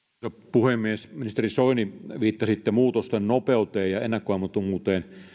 puhemies ministeri soini viittasitte muutosten nopeuteen ja ennakoimattomuuteen